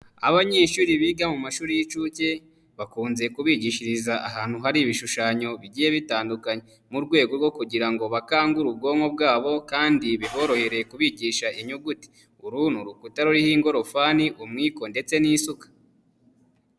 Abanyeshuri biga mu mashuri y'inshuke bakunze kubigishiriza ahantu hari ibishushanyo bigiye bitandukanye mu rwego rwo kugira ngo bakangure ubwonko bwabo kandi biborohere kubigisha inyuguti uru ni urukuta ruriho ingorofani umwiko ndetse n'isuka.